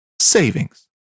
savings